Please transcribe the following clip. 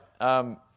right